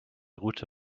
route